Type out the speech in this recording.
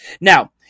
now